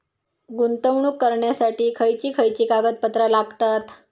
गुंतवणूक करण्यासाठी खयची खयची कागदपत्रा लागतात?